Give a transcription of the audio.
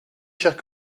cher